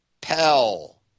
Pell